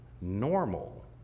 normal